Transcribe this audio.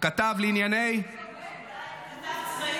כתב ועיתונאי